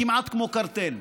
כמעט כמו קרטל.